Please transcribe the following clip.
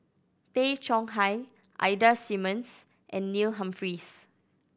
Tay Chong Hai Ida Simmons and Neil Humphreys